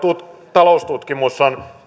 taloustutkimus on